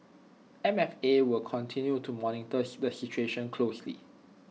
M F A will continue to monitor the situation closely